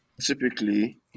Typically